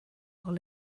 while